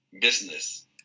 business